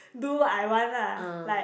do what I want lah like